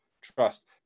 trust